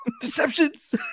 deceptions